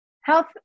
health